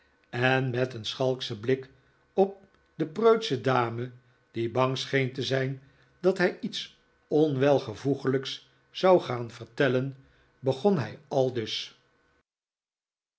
en met een schalkschen blik op de preutsche dame die bang scheen te zijn dat hij iets onwelvoeglijks zon gaan vertellen begon hij aldus